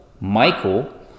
Michael